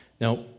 Now